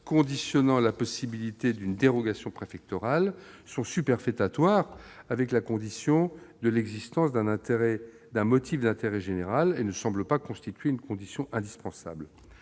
conditionnant la possibilité d'une dérogation préfectorale sont superfétatoires avec la condition de l'existence d'un motif d'intérêt général et ne semblent pas constituer une condition indispensable.